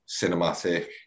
cinematic